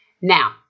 Now